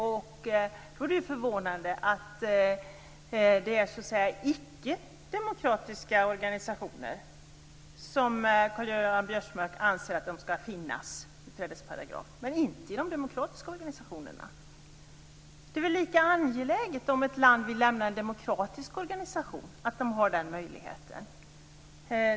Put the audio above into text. Det är förvånande att Karl-Göran Biörsmark anser att det skall finnas utträdesparagraf för icke demokratiska organisationer men inte för de demokratiska organisationerna. Det är väl lika angeläget att ett land som vill lämna en demokratisk organisation har den möjligheten.